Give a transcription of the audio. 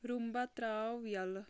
رومبا تراو یلہٕ